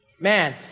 Man